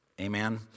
Amen